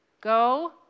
go